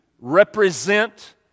represent